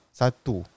satu